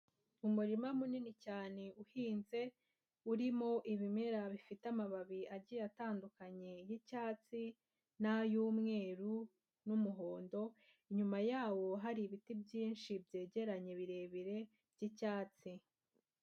Umurima munini cyane uhinze, urimo ibimera bifite amababi agiye atandukanye y'icyatsi n'ay'umweru n'umuhondo, inyuma yawo hari ibiti byinshi byegeranye birebire by'icyatsi.